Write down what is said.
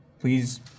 please